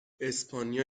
اسپانیا